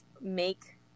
make